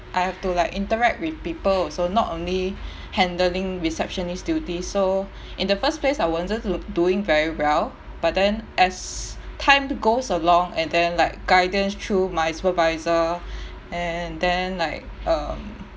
I have to like interact with people also not only handling receptionist's duty so in the first place I wasn't do doing very well but then as time goes along and then like guidance through my supervisor and then like um